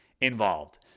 involved